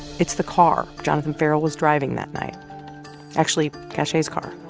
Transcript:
it's the car jonathan ferrell was driving that night actually, cache's car.